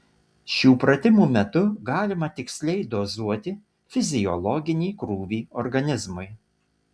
šių pratimų metu galima tiksliai dozuoti fiziologinį krūvį organizmui